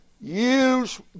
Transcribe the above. Use